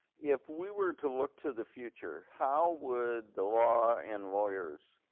if we were to look to the future, how would the law and lawyers